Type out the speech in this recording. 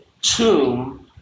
tomb